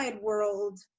world